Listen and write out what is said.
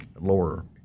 lower